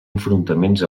enfrontaments